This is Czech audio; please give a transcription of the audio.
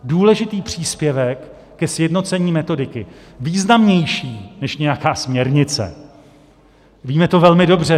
Důležitý příspěvek ke sjednocení metodiky, významnější než nějaká směrnice, víme to velmi dobře.